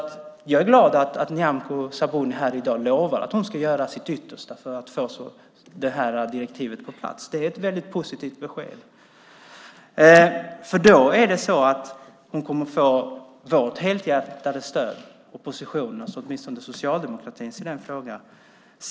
Jag är glad att Nyamko Sabuni här i dag lovar att hon ska göra sitt yttersta för att få det här direktivet på plats. Det är ett väldigt positivt besked. Hon kommer att få helhjärtat stöd från oppositionen, åtminstone från Socialdemokraterna, i den frågan.